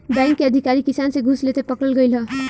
bank के अधिकारी किसान से घूस लेते पकड़ल गइल ह